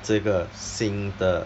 这个新的